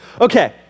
Okay